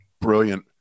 brilliant